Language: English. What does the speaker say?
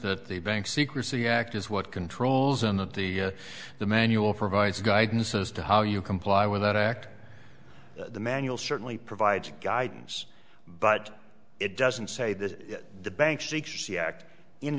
that the bank secrecy act is what controls and that the the manual provides guidance as to how you comply with that act the manual certainly provides guidance but it doesn't say that the bank secrecy act in